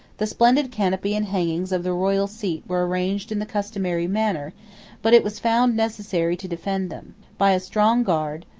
the splendid canopy and hangings of the royal seat were arranged in the customary manner but it was found necessary to defend them. by a strong guard,